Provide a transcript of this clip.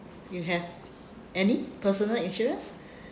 you have any personal insurance